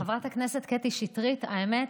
חברת הכנסת קטי שטרית, האמת,